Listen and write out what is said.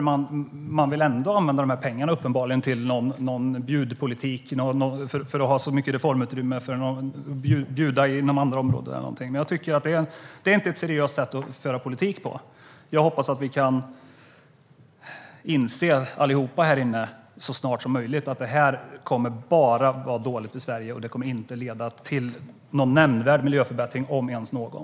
De vill uppenbarligen ändå använda dessa pengar till någon bjudpolitik för att ha så mycket reformutrymme att de kan bjuda inom andra områden. Men jag tycker inte att det är ett seriöst sätt att föra politik. Jag hoppas att vi alla här inne så snart som möjligt kan inse att detta bara kommer att vara dåligt för Sverige och inte leda till någon nämnvärd miljöförbättring, om ens någon.